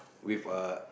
with a